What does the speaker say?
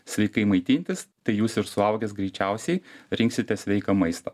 sveikai maitintis tai jūs ir suaugęs greičiausiai rinksitės sveiką maistą